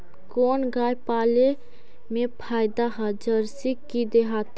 कोन गाय पाले मे फायदा है जरसी कि देहाती?